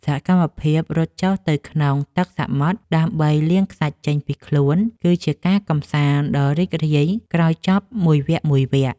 សកម្មភាពរត់ចុះទៅក្នុងទឹកសមុទ្រដើម្បីលាងខ្សាច់ចេញពីខ្លួន គឺជាការកម្សាន្តដ៏រីករាយក្រោយចប់មួយវគ្គៗ។